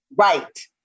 Right